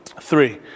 Three